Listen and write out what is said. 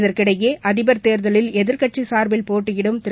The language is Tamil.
இதற்கிடையேஅதிபர் தேர்தலில் எதிர்க்கட்சிசார்பில் போட்டியிடும் திரு